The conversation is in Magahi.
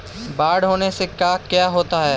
बाढ़ होने से का क्या होता है?